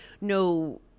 no